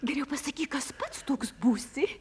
geriau pasakyk kas pats toks būsi